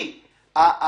זאת אומרת,